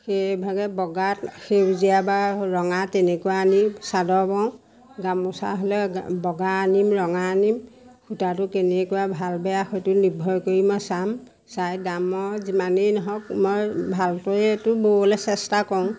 সেইভাগে বগাত সেউজীয়া বা ৰঙা তেনেকুৱা আনিম চাদৰ বওঁ গামোচা হ'লে বগা আনিম ৰঙা আনিম সূতাটো কেনেকুৱা ভাল বেয়া সেইটো নিৰ্ভৰ কৰি মই চাম চাই দামৰ যিমানেই নহওক মই ভালকৈ এইটো ব'বলে চেষ্টা কৰোঁ